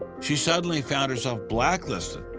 she suddenly found herself blacklisted,